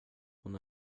hon